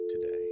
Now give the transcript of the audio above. today